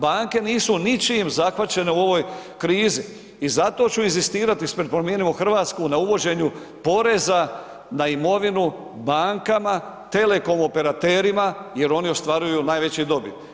Banke nisu ničim zahvaćene u ovoj krizi i zato ću inzistirati ispred Promijenimo Hrvatsku na uvođenju poreza na imovinu bankama, telekom operaterima jer oni ostvaruju najveću dobit.